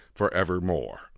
Forevermore